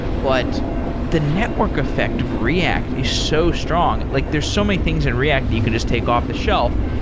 but the network effect of react is so strong. like there's so many things in react that you can just take off the shelf.